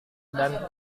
dan